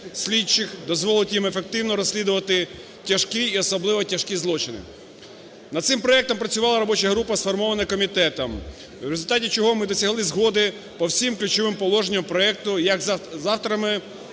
дозволить їм ефективно розслідувати тяжкі і особливо тяжкі злочини. Над цим проектом працювала робоча група, сформована комітетом, в результаті чого ми досягли згоди по всім ключовим положенням проекту як з авторами